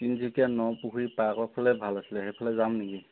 তিনিচুকীয়াৰ ন পুখুৰী পাৰ্কৰ ফালে ভাল আছিলে সেইফালে যাম নেকি